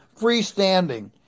freestanding